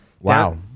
Wow